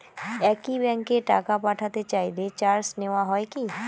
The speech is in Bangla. একই ব্যাংকে টাকা পাঠাতে চাইলে চার্জ নেওয়া হয় কি?